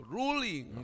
ruling